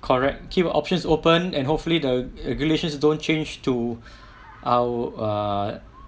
correct keep the options open and hopefully the regulations don't change to out uh